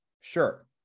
Sure